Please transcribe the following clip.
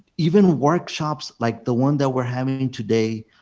even workshops like the one that we are having today.